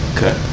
Okay